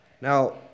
Now